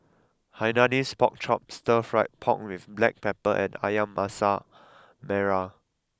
Hainanese Pork Chop Stir Fried Pork with black pepper and Ayam Masak Merah